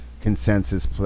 consensus